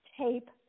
tape